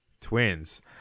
Twins